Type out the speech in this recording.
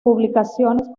publicaciones